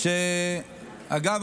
אגב,